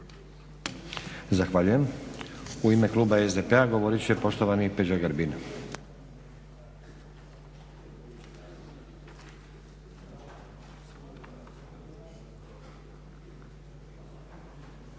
Zahvaljujem. U ime kluba SDP-a govorit će poštovani Peđa Grbin.